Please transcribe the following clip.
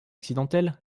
accidentelle